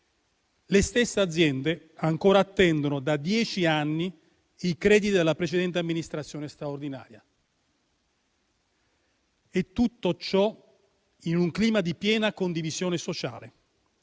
Le stesse aziende ancora attendono da dieci anni i crediti della precedente amministrazione straordinaria. Tutto ciò è avvenuto in un clima di piena condivisione sociale.